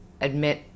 admit